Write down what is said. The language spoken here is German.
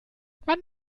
wann